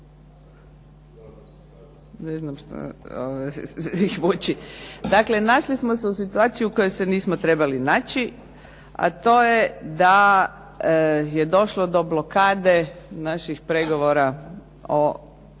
se ne čuje./… Dakle, našli smo se u situaciji u kojoj se nismo trebali naći a to je da je došlo do blokade naših pregovora o